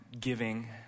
giving